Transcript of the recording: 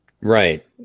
Right